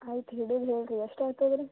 ಆಯ್ತು ಹಿಡದು ಹೇಳಿ ರೀ ಎಷ್ಟು ಆಯ್ತದೆ ರೀ